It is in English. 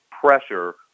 pressure